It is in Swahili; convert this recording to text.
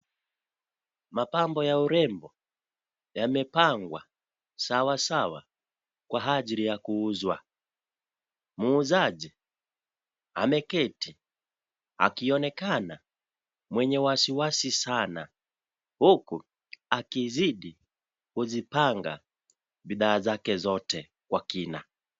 Mapambo ya urembo yamepangwa sawasawa kwa ajili ya kuuzwa. Muuzaji ameketi akionekana mwenye wasiwasi sana huku akizidi kuzipanga bidhaa zake zote kwa kina.